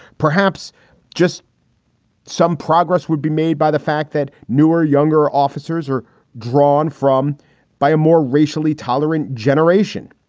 perhaps just some progress would be made by the fact that newer, younger officers are drawn from by a more racially tolerant generation.